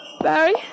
Barry